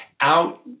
out